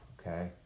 okay